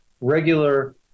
regular